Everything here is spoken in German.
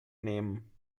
nehmen